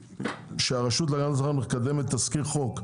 שהרשות להגנת הצרכן מקדמת תזכיר חוק,